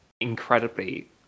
incredibly